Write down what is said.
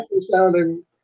sounding